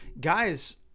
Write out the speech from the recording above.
guys